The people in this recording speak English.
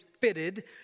fitted